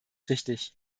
richtig